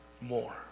more